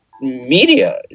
media